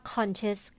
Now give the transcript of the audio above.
Conscious